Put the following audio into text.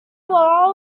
while